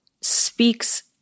speaks